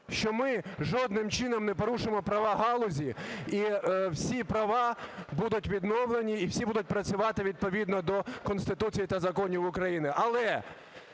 що ми жодним чином не порушимо права галузі, і всі права будуть відновлені, і всі будуть працювати відповідно до Конституції та законів України. Але